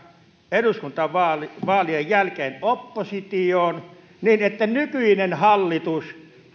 eduskuntavaalien jälkeen oppositioon niin että nykyinen